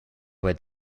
were